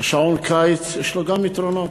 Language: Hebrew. שעון הקיץ יש לו גם יתרונות,